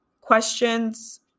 questions